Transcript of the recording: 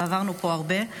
ועברנו פה הרבה.